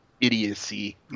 idiocy